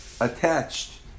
Attached